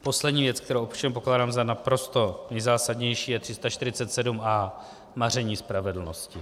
Poslední věc, kterou pokládám za naprosto nejzásadnější, je 347a, maření spravedlnosti.